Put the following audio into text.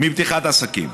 מפתיחת עסקים.